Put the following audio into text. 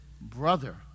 brother